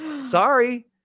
Sorry